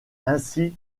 ainsi